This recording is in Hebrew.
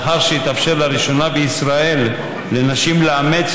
לאחר שהתאפשר לראשונה בישראל לנשים לאמץ